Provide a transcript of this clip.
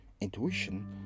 intuition